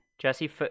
Jesse